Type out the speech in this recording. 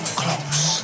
close